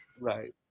Right